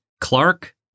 Clark